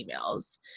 emails